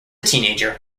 teenager